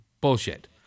bullshit